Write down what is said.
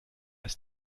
ist